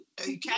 okay